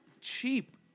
cheap